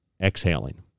exhaling